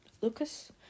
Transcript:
Lucas